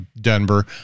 Denver